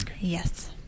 Yes